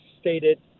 stated